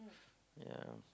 yeah